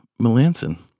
Melanson